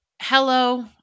hello